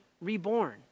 reborn